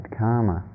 karma